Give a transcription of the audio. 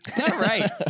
Right